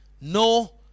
no